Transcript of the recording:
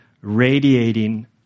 radiating